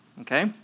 Okay